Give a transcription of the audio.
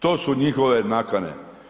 To su njihove nakane.